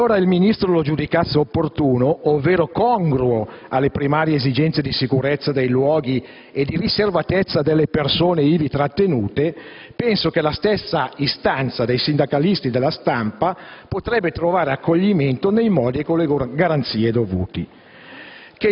qualora il Ministro lo giudicasse opportuno, ovvero congruo avuto riguardo alle primarie esigenze di sicurezza dei luoghi e di riservatezza delle persone ivi trattenute, penso che la stessa istanza dei sindacalisti della stampa potrebbe trovare accoglimento, nei modi e con le garanzie dovuti.